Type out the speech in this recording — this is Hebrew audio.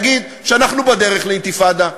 יגיד שאנחנו בדרך לאינתיפאדה.